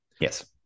Yes